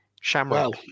shamrock